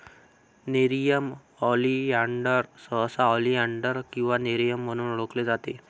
nerium oleander सहसा oleander किंवा nerium म्हणून ओळखले जाते